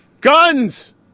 Guns